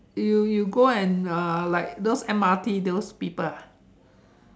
you you go and uh like those M_R_T those people ah